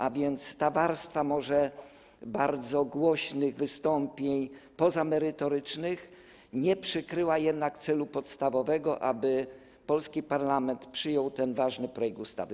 A więc ta warstwa może bardzo głośnych wystąpień pozamerytorycznych nie przykryła jednak celu podstawowego, aby polski parlament przyjął ten ważny projekt ustawy.